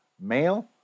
male